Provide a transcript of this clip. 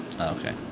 Okay